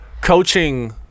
coaching